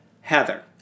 Heather